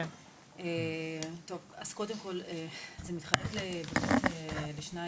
אז קודם כל זה מתחלק לשניים,